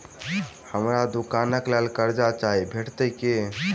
हमरा दुकानक लेल कर्जा चाहि भेटइत की?